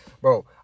bro